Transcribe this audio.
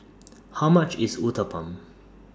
How much IS Uthapam